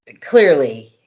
clearly